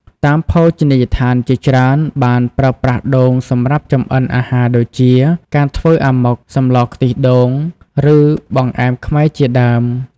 តាមភោជនីយដ្ឋានជាច្រើនបានប្រើប្រាស់ដូងសម្រាប់ចម្អិនអាហារដូចជា ការធ្វើអាម៉ុក សម្លរខ្ទិះដូង ឬបង្អែមខ្មែរជាដើម។